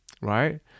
right